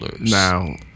Now